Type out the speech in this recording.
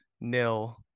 nil